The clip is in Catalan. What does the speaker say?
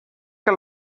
que